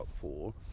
four